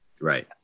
Right